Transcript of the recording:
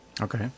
Okay